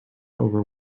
over